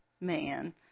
man